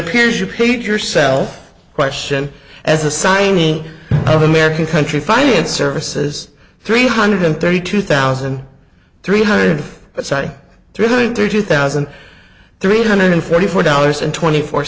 appears you paid yourself question as a signing of american country fine and services three hundred and thirty two thousand three hundred that's a three hundred thirty thousand three hundred forty four dollars and twenty four